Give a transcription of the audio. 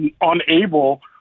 unable